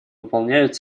выполняют